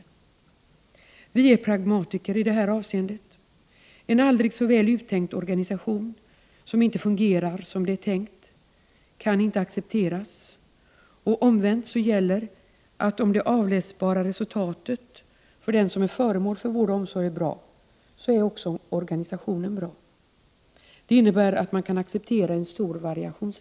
Vi i centerpartiet är pragmatiska i detta avseende. En aldrig så väl uttänkt organisation som inte fungerar som det är tänkt kan inte accepteras, och omvänt gäller, att om det avläsbara resultatet för den som är föremål för vård och omsorg är bra, är också organisationen bra. Det innebär att en stor variationsrikedom kan accepteras.